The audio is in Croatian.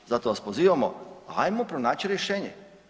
Ali zato vas pozivamo, ajmo pronaći rješenje.